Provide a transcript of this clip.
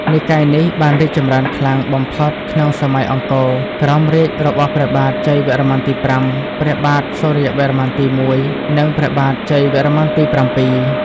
និកាយនេះបានរីកចម្រើនខ្លាំងបំផុតក្នុងសម័យអង្គរ ក្រោមរាជ្យរបស់ព្រះបាទ ជ័យវរ្ម័នទី ៥ ព្រះបាទ សូរ្យវរ្ម័នទី ១ និងព្រះបាទ ជ័យវរ្ម័នទី ៧។